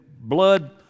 blood